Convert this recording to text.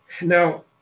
now